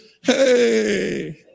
hey